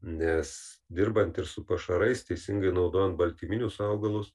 nes dirbant ir su pašarais teisingai naudojant baltyminius augalus